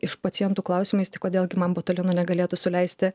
iš pacientų klausimais tai kodėl gi man botulino negalėtų suleisti